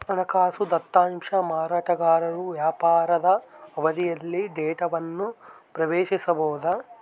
ಹಣಕಾಸು ದತ್ತಾಂಶ ಮಾರಾಟಗಾರರು ವ್ಯಾಪಾರದ ಅವಧಿಯಲ್ಲಿ ಡೇಟಾವನ್ನು ಪ್ರವೇಶಿಸಬೊದು